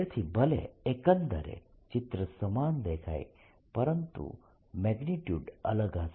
તેથી ભલે એકંદરે ચિત્ર સમાન દેખાય પરંતુ મેગ્નીટ્યુડ્સ અલગ હશે